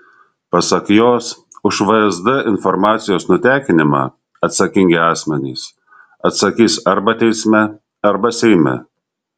pasak jos už vsd informacijos nutekinimą atsakingi asmenys atsakys arba teisme arba seime